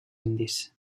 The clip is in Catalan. indis